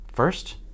First